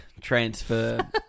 transfer